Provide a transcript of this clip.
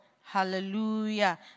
hallelujah